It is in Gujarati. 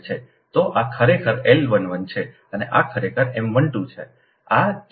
તો આ ખરેખર L 11 છે અને આ ખરેખર M 12 છે